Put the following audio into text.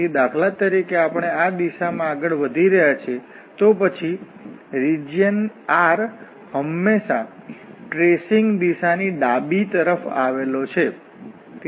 તેથી દાખલા તરીકે આપણે આ દિશામાં આગળ વધી રહ્યા છીએ તો પછી રીજીયન R હંમેશાં ટ્રેસીંગ દિશા ની ડાબી તરફ આવેલો છે